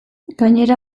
gainera